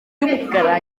cy’umukara